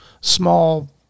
small